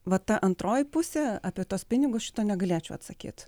va ta antroji pusė apie tuos pinigus šito negalėčiau atsakyt